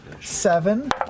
Seven